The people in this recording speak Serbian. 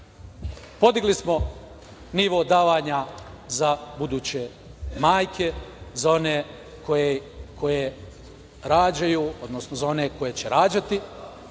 ljude. Podigli smo nivo davanja za buduće majke, za one koje rađaju, odnosno za one koje će rađati